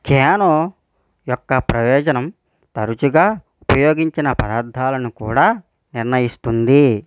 canoe యొక్క ప్రయోజనం తరచుగా ఉపయోగించిన పదార్థాలను కూడా నిర్ణయిస్తుంది